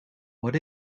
what